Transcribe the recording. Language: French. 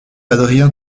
adrien